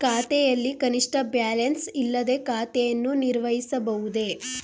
ಖಾತೆಯಲ್ಲಿ ಕನಿಷ್ಠ ಬ್ಯಾಲೆನ್ಸ್ ಇಲ್ಲದೆ ಖಾತೆಯನ್ನು ನಿರ್ವಹಿಸಬಹುದೇ?